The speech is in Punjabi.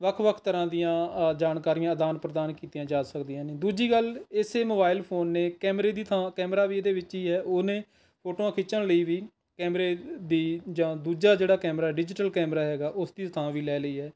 ਵੱਖ ਵੱਖ ਤਰ੍ਹਾਂ ਦੀਆਂ ਅ ਜਾਣਕਾਰੀਆਂ ਆਦਾਨ ਪ੍ਰਦਾਨ ਕੀਤੀਆਂ ਜਾ ਸਕਦੀਆਂ ਨੇ ਦੂਜੀ ਗੱਲ ਇਸੇ ਮੋਬਾਇਲ ਫ਼ੋਨ ਨੇ ਕੈਮਰੇ ਦੀ ਥਾਂ ਕੈਮਰਾ ਵੀ ਇਹਦੇ ਵਿੱਚ ਹੀ ਹੈ ਉਹਨੇ ਫ਼ੋਟੇਆਂ ਖਿੱਚਣ ਲਈ ਵੀ ਕੈਮਰੇ ਦੀ ਜਾਂ ਦੂਜਾ ਜਿਹੜਾ ਕੈਮਰਾ ਹੈ ਡਿਜ਼ੀਟਲ ਕੈਮਰਾ ਹੈਗਾ ਉਸਦੀ ਥਾਂ ਵੀ ਲੈ ਲਈ ਹੈ